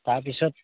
তাৰ পিছত